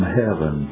heaven